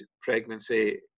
pregnancy